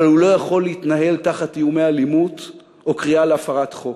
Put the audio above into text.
אבל הוא לא יכול להתנהל תחת איומי אלימות או קריאה להפרת חוק.